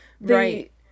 right